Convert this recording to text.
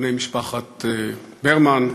בני משפחת ברמן,